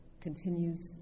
continues